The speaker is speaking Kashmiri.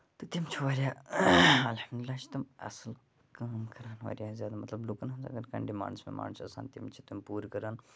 تہٕ تِم چھِ واریاہ اَلحمدُاللہ چھِ تِم اَصٕل کٲم کران واریاہ زیادٕ مطلب لوٗکن ہنز اَگر کانہہ ڈِمانڈٕس وِمانڈٕس چھِ آسان تِم چھِ تِم پوٗرٕ کران